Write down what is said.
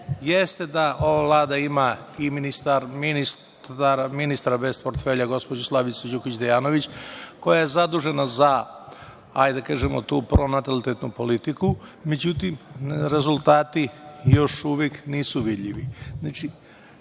Jeste da ova Vlada ima ministra bez portfelja, gospođu Slavicu Đukić Dejanović, koja je zadužena, hajde da kažemo, za tu pronatalitetnu politiku, međutim rezultati još uvek nisu vidljivi. Možemo